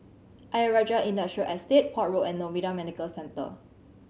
Ayer Rajah Industrial Estate Port Road and Novena Medical Centre